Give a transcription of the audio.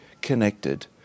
connected